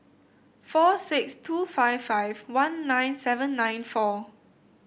four six two five five one nine seven nine four